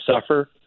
suffer